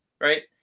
right